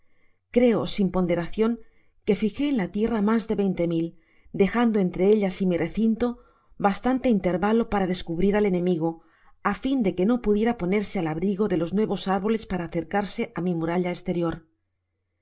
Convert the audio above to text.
creo sin ponderacion que fijé en la tierra mas de veinte mil dejando entre ellas y mi recinto bastante intérvalo para descubrir al enemigo á fin de que no pudjera ponerse al abrigo de los nuevos arboles para acercarse á mi muralla esterior